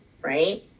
Right